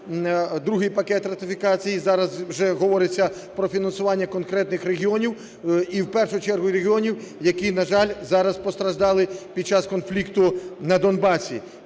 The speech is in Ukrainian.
другий пакет ратифікацій, і зараз вже говориться про фінансування конкретних регіонів і в першу чергу регіонів, які, на жаль, зараз постраждали під час конфлікту на Донбасі.